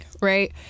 Right